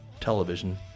television